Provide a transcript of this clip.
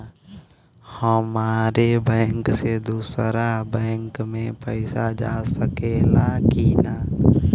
हमारे बैंक से दूसरा बैंक में पैसा जा सकेला की ना?